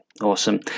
awesome